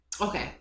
okay